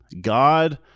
God